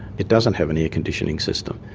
it doesn't have an air conditioning system,